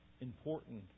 important